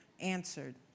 answered